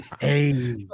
Hey